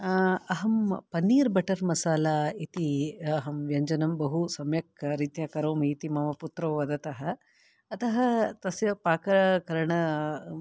अहं पनीर्बटर्मसाला इति अहं व्यञ्जनं बहु सम्यक् रीत्या करोमि इति मम पुत्रौ वदतः अतः तस्य पाककरण